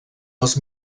dels